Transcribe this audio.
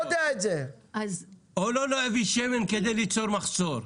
או לא להביא שמן כדי ליצור מחסור?